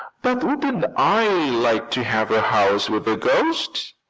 but wouldn't i like to have a house with a ghost,